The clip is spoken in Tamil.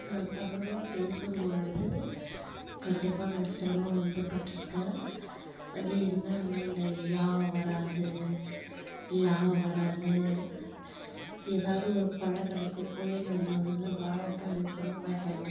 நான் தமிழில் பேசும்பொழுது கண்டிப்பாக நான் சிரமம் வந்து பட்டிருக்கேன் அது என்னென்னா இந்த ழா வராது லா வராது ஏதாவது ஒரு பழக்கடைக்கு போய் நம்ம வந்து வாழைப்பழம் சொன்னால் வாலப்பயம்